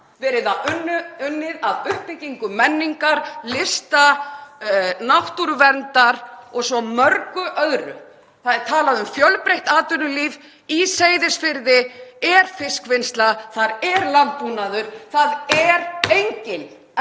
verið unnið að uppbyggingu menningar, lista, náttúruverndar og svo mörgu öðru. Það er talað um fjölbreytt atvinnulíf; í Seyðisfirði er fiskvinnsla, þar er landbúnaður og engin